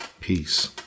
Peace